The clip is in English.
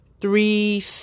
three